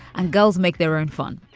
and girls make their own fun.